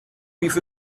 have